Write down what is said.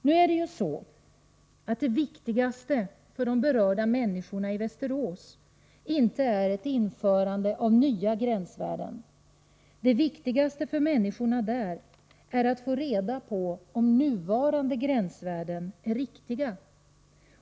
Nu är det viktigaste för de berörda människorna i Västerås inte ett införande av nya gränsvärden — det viktigaste för människorna där är att få reda på om nuvarande gränsvärden är riktiga.